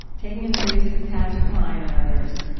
taking in the music of patsy cline and others,